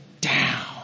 down